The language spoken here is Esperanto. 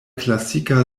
klasika